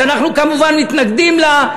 שאנחנו כמובן מתנגדים לה,